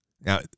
Now